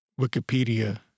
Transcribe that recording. Wikipedia